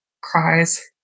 cries